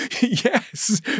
yes